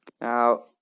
Now